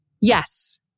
yes